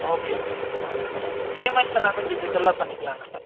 okay okay sir payments எல்லாமே டிஜிட்டலாக பண்ணிக்கலாம்ல்ல சார்